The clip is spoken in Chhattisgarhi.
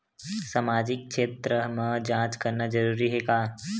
सामाजिक क्षेत्र म जांच करना जरूरी हे का?